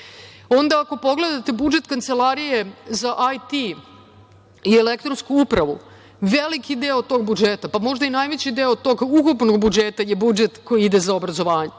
škole. Ako pogledate budžet Kancelarije za IT i elektronsku upravu, veliki deo tog budžeta, pa možda i najveći deo tog ukupnog budžeta je budžet koji ide za obrazovanje. Dakle,